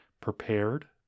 prepared